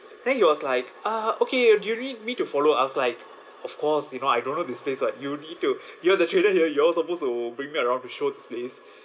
then he was like uh okay do you need me to follow I was like of course you know I don't know this place [what] you need to you're the trainer here you're supposed to bring me around to show this place